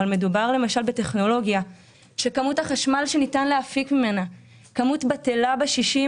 אבל מדובר בטכנולוגיה שכמות החשמל שניתן להפיק ממנה בטלה בשישים